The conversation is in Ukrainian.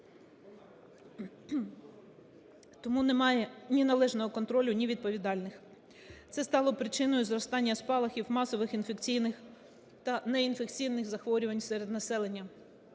Тому немає ні належного контролю, ні відповідальних. Це стало причиною зростання спалахів масових інфекційних та неінфекційних захворювань серед населення.